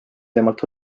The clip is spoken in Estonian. temalt